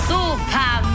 Super